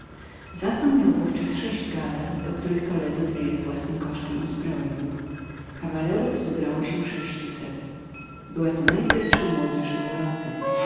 w ówczas sześć galer do których toledo dwie własnym kosztem uzbroił kawalerów zebrało się sześciuset była to najpierwsza młodzież europy